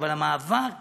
אבל המאבק